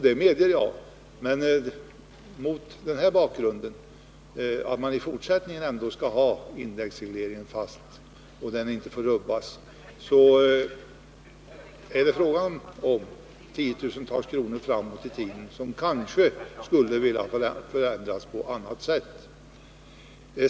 Jag medger att det är riktigt. När vi nu i fortsättningen skall ha indexreglering, som inte får rubbas, kan det i framtiden bli fråga om ändringar i beskattningen som man kanske skulle ha velat utforma på ett helt annat sätt.